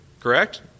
Correct